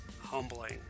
humbling